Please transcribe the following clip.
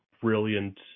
brilliant